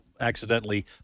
accidentally